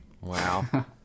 Wow